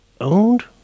owned